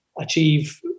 achieve